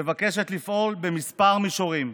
מבקשת לפעול בכמה מישורים: